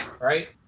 Right